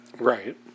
Right